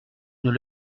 nous